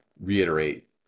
reiterate